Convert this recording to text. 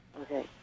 Okay